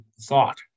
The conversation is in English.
thought